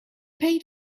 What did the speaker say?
paid